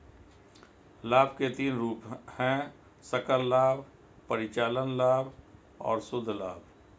लाभ के तीन रूप हैं सकल लाभ, परिचालन लाभ और शुद्ध लाभ